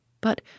but